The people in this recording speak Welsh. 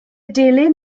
delyn